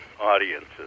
audiences